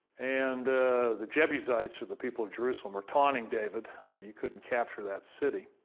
and the jebusites, or the people of jerusalem, were taunting david that, you couldn't capture that city.